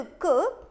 cook